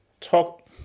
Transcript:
talk